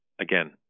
Again